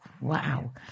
wow